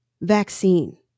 vaccine